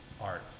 art